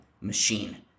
machine